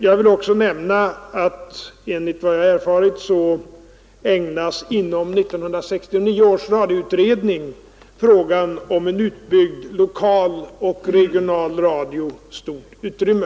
Jag vill också nämna att 1969 års radioutredning enligt vad jag erfarit ägnar frågan om en utbyggd lokal och regional radio stort utrymme.